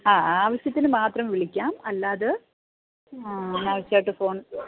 ആ ആവശ്യത്തിനു മാത്രം വിളിക്കാം അല്ലാതെ അനാവശ്യമായിട്ട് ഫോൺ